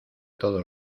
todo